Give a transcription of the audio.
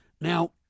now